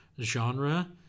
genre